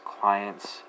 clients